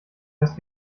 erst